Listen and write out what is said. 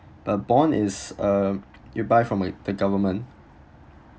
the bond is uh you buy from a the government